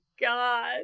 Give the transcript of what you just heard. God